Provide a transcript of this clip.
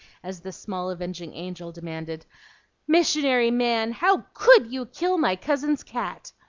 as this small avenging angel demanded missionary man, how could you kill my cousin's cat?